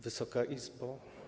Wysoka Izbo!